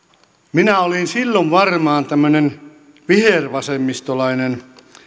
minä olin silloin varmaan tämmöinen vihervasemmistolainen